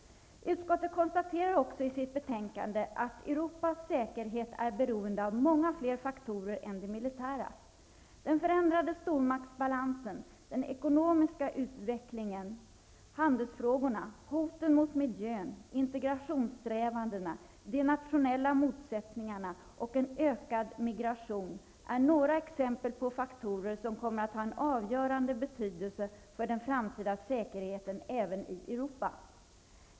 Utskottet konstaterar också i sitt betänkande att Europas säkerhet är beroende av många fler faktorer än de militära. Den förändrade stormaktsbalansen, den ekonomiska utvecklingen, handelsfrågorna, hoten mot miljön, integrationssträvandena, de nationella motsättningarna och en ökad migration är några exempel på faktorer som kommer att ha en avgörande betydelse för den framtida säkerheten även i Europa.